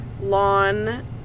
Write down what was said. lawn